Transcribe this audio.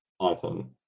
item